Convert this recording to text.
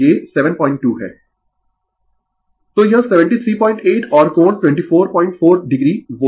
Refer slide Time 1153 तो यह 738 और कोण 244 o वोल्ट है